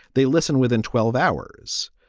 they listen within twelve hours.